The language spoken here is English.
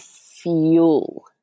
fuel